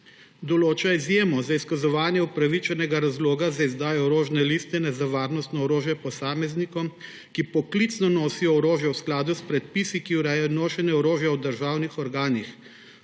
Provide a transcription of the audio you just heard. določa izjemo za izkazovanje upravičenega razloga za izdajo orožne listine za varnostno orožje posameznikom, ki poklicno nosijo orožje v skladu s predpisi, ki urejajo nošenje orožja v državnih organih,